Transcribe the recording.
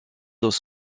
dans